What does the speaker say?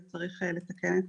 אז צריך לתקן את